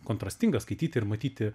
kontrastinga skaityti ir matyti